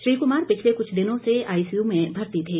श्री कमार पिछले कुछ दिनों से आई सी यू में भर्ती थे